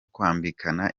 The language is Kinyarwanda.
kwambikana